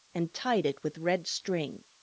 and tied it with red string.